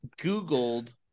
Googled